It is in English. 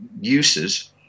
uses